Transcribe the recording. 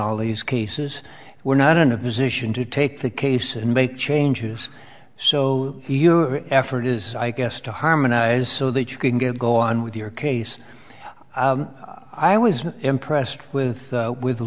all these cases we're not in a position to take the case and make changes so your effort is i guess to harmonize so that you can get go on with your case i was impressed with with